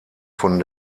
von